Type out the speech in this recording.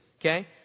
okay